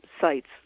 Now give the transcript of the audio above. sites